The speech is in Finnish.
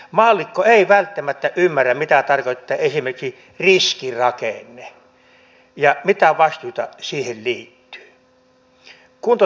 maallikko ei välttämättä ymmärrä mitä tarkoittaa esimerkiksi riskirakenne ja mitä vastuita siihen liittyy